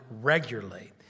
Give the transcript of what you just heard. regularly